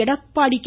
Edappadi K